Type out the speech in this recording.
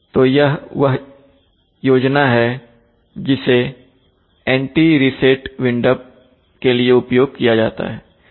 तो यह एक वो योजना है जिसे एंटी रिसेट विंड अप के लिए उपयोग किया जाता है